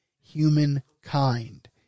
humankind